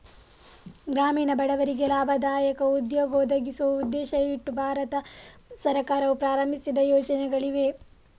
ಗ್ರಾಮೀಣ ಬಡವರಿಗೆ ಲಾಭದಾಯಕ ಉದ್ಯೋಗ ಒದಗಿಸುವ ಉದ್ದೇಶ ಇಟ್ಟು ಭಾರತ ಸರ್ಕಾರವು ಪ್ರಾರಂಭಿಸಿದ ಯೋಜನೆಗಳಿವೆ